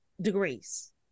degrees